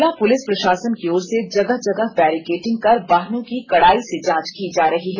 जिला पुलिस प्रशासन की ओर से जगह जगह बैरिकेटिंग कर वाहनों की कड़ाई से जांच की जा रही है